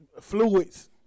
fluids